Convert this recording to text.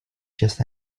just